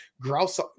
grouse